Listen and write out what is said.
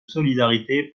solidarité